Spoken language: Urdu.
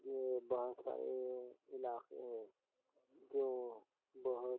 یہ بہت سارے علاقے ہیں جو بہت